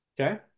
Okay